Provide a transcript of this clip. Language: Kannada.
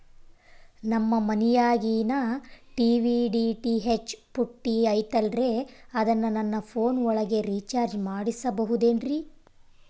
ನಮ್ಮ ಮನಿಯಾಗಿನ ಟಿ.ವಿ ಡಿ.ಟಿ.ಹೆಚ್ ಪುಟ್ಟಿ ಐತಲ್ರೇ ಅದನ್ನ ನನ್ನ ಪೋನ್ ಒಳಗ ರೇಚಾರ್ಜ ಮಾಡಸಿಬಹುದೇನ್ರಿ?